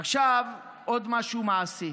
עוד משהו מעשי,